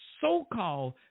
so-called